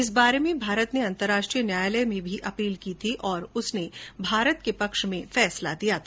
इस बारे में भारत ने अंतर्राष्ट्रीय न्यायालय में भी अपील की थी और उसने भारत के पक्ष में एकमत से फैसला दिया था